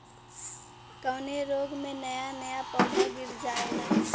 कवने रोग में नया नया पौधा गिर जयेला?